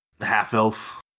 half-elf